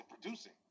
producing